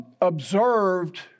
observed